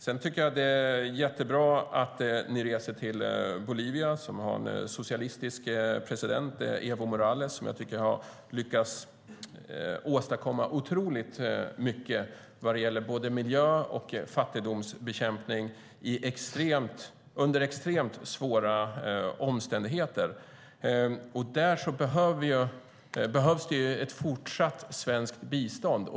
Sedan tycker jag att det är jättebra att ni reser till Bolivia som har en socialistisk president, Evo Morales, som jag tycker har lyckats åstadkomma otroligt mycket vad gäller både miljö och fattigdomsbekämpning under extremt svåra omständigheter. Där behövs det ett fortsatt svenskt bistånd.